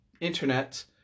internet